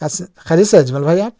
اس خیریت سے اجمل بھائی آپ